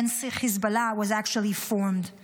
since Hezbolla was actually formed: